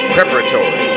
Preparatory